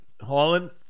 Holland